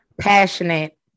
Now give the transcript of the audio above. passionate